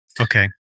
okay